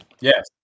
Yes